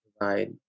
provide